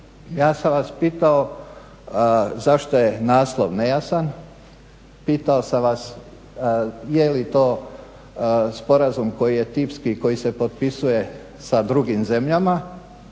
Ja sam vas pitao zašto je naslov nejasan, pitao sam vas je li to sporazum koji je tipski i koji se potpisuje sa drugim zemljama?